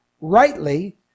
rightly